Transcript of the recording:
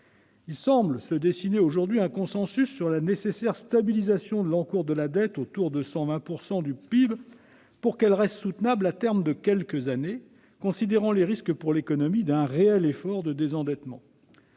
semble se dessiner aujourd'hui sur la nécessaire stabilisation de l'encours de la dette autour de 120 % du PIB, afin que celle-ci reste soutenable à terme de quelques années, considérant les risques pour l'économie d'un réel effort de désendettement.